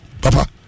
Papa